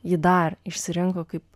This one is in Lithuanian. ji dar išsirinko kaip